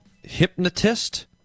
Hypnotist